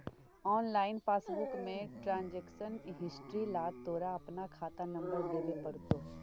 online passbook में transaction history ला तोरा अपना खाता नंबर देवे पडतो